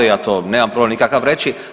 Ja to nemam problem nikakav reći.